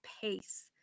pace